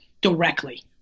directly